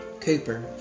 Cooper